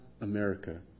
America